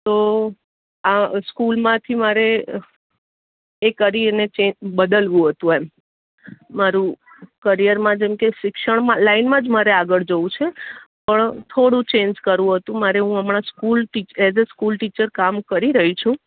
તો આ સ્કૂલમાંથી મારે એ કરીને ચેન્ બદલવું હતું એમ મારું કરિયરમાં જેમ કે શિક્ષણમાં લાઈનમાં જ મારે આગળ જવું છે પણ થોડું ચેન્જ કરવું હતું મારે હું હમણાં school T as a school teacher કામ કરી રહી છું